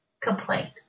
complaint